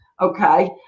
okay